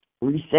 Reset